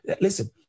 Listen